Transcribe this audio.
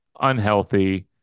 unhealthy